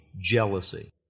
jealousy